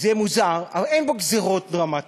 זה מוזר, אבל אין בו גזירות דרמטיות,